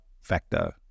factor